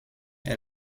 est